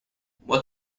what